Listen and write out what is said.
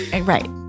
right